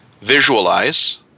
visualize